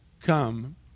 come